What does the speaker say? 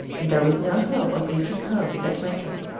and there was no hope of reaching home that winter.